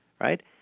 right